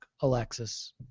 Alexis